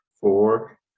four